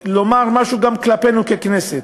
לומר משהו גם כלפינו, ככנסת.